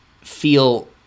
feel –